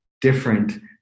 different